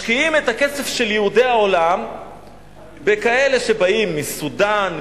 משקיעים את הכסף של יהודי העולם בכאלה שבאים מסודן,